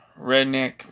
redneck